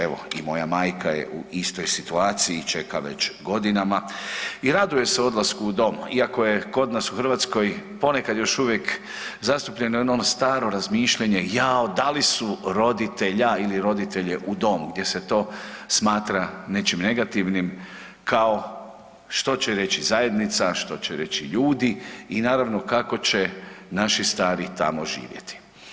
Evo i moja majka je u istoj situaciji, čeka već godinama i raduje se odlasku u dom iako je kod nas u Hrvatskoj ponekad još uvijek zastupljeno jedno ono staro razmišljanje „jao, dali su roditelja ili roditelje u dom“ gdje se to smatra nečim negativnim kao što će reći zajednici, a što će reći ljudi i naravno kako će naši stari tamo živjeti.